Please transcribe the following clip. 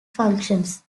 functions